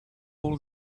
all